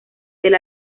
del